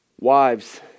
Wives